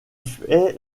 fait